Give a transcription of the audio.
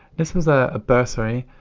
this was a ah bursary,